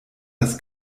das